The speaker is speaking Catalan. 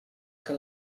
que